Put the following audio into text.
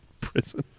Prison